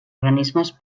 organismes